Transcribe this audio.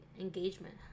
engagement